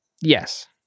Yes